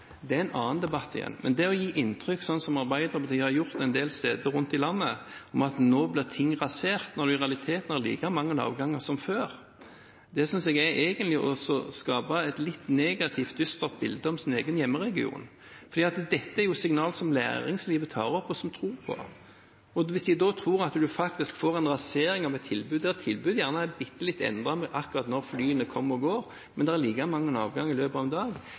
er en annen debatt. Men det å gi inntrykk av, slik Arbeiderpartiet har gjort en del steder rundt i landet, at nå blir ting rasert, når en i realiteten har like mange avganger som før, synes jeg egentlig er å skape et litt negativt, dystert bilde av sin egen hjemregion. For dette er jo signaler som næringslivet tar opp og tror på, og hvis de tror at en faktisk får en rasering av et tilbud når tilbudet gjerne er lite grann endret med hensyn til akkurat når flyene kommer og går, men det er like mange avganger i løpet av en dag,